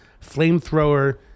flamethrower